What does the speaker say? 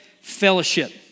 fellowship